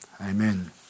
Amen